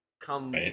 Come